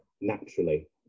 naturally